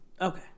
okay